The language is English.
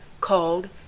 called